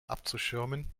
abzuschirmen